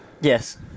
Yes